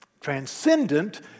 transcendent